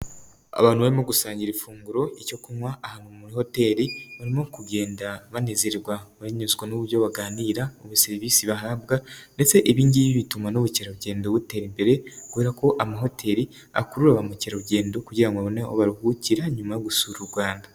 Abantu barimo gusangira ifunguro icyo kunywa ahantu muri hoteli, barimo kugenda banezerwa banyuzwe n'uburyo baganira ubu serivisi bahabwa, ndetse ibingibi bituma n'ubukerarugendo butera imbere, kubera ko amahoteli akurura ba mukerarugendo kugira babone aho baruhukira nyuma yo gusura u Rwanda.